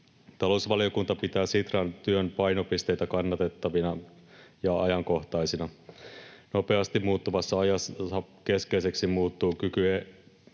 Talousvaliokunta pitää Sitran työn painopisteitä kattavina ja ajankohtaisina. Nopeasti muuttuvassa ajassa keskeiseksi muodostuu kyky